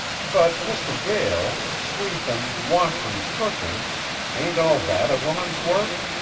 but, mr. gael, sweepin', washin', cookin' ain't all that a woman's work?